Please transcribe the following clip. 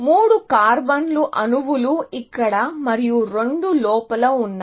3 carbon అణువులు ఇక్కడ మరియు 2 లోపల ఉన్నాయి